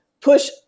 push